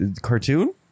cartoon